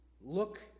look